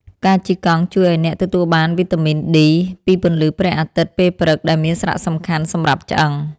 ការជិះកង់ជួយឱ្យអ្នកទទួលបានវីតាមីនឌី ពីពន្លឺព្រះអាទិត្យពេលព្រឹក ដែលមានសារៈសំខាន់សម្រាប់ឆ្អឹង។